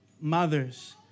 mothers